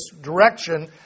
direction